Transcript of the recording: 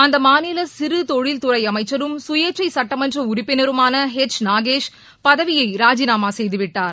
அந்த மாநில சிறு தொழில்துறை அமைச்சரும் சுயேச்சை சட்டமன்ற உறுப்பினருமான எச் நாகேஷ் பதவியை ராஜினாமா செய்துவிட்டார்